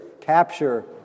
capture